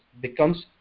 becomes